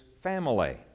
family